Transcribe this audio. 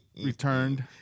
returned